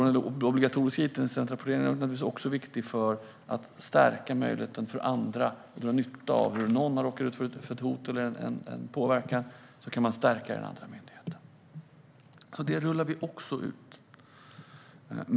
Den obligatoriska it-incidentrapporteringen är naturligtvis också viktig för att stärka möjligheten för andra att dra nytta av detta - om någon har råkat ut för ett hot eller någon sorts påverkan kan man stärka den andra myndigheten. Detta rullar vi alltså ut.